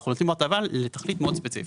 אנחנו נותנים הטבות לתכלית מאוד ספציפית.